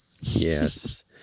Yes